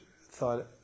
thought